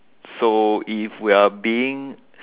so if we are being